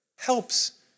Helps